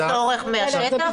מה, על פי מיפוי של צורך מהשטח?